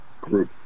group